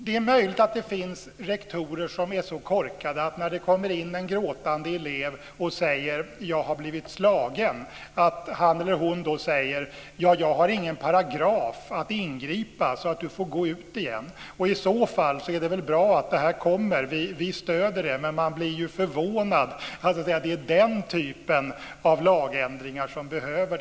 Det är möjligt att det finns rektorer som är så korkade att han eller hon, när det kommer in en gråtande elev som har blivit slagen, säger: Ja, jag har ingen paragraf som ger mig rätt att ingripa, så du får gå ut igen. Om det är så, är det väl bra att detta kommer. Vi stöder det, men man blir ju förvånad att det är den typen av lagändringar som behövs.